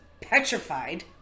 petrified